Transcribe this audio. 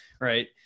right